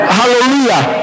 Hallelujah